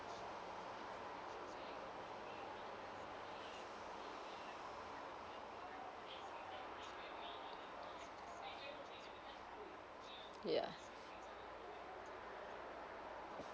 yeah